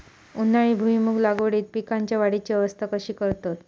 उन्हाळी भुईमूग लागवडीत पीकांच्या वाढीची अवस्था कशी करतत?